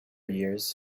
years